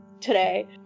today